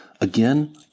Again